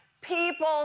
people